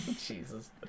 Jesus